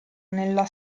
nella